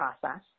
process